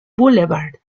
boulevard